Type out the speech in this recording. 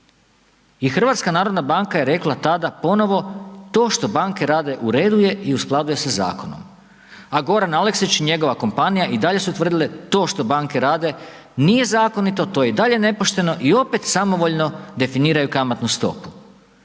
je to tako. I HNB je rekla tada ponovo to što banke rade u redu i u skladu je sa zakonom, a Goran Aleksić i njegova kompanija i dalje su tvrdile to što banke rade nije zakonito to je i dalje nepošteno i opet samovoljno definiraju kamatnu stopu.